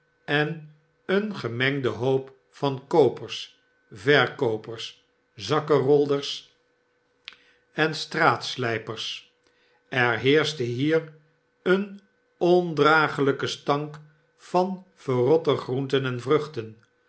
en een gemengden hoop van koopers verkoopers zakkerolders en straatslijpers er heerschte hier een ondragelijke stank van verrotte groenten en vruchten